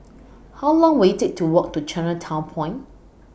How Long Will IT Take to Walk to Chinatown Point